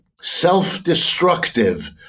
Self-destructive